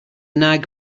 nag